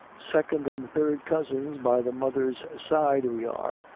second an' third cousins by the mother's side we are,